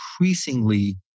increasingly